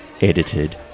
edited